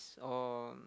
or